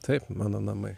taip mano namai